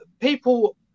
people